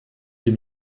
dem